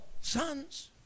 sons